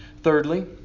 Thirdly